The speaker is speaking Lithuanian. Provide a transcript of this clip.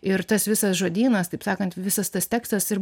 ir tas visas žodynas taip sakant visas tas tekstas ir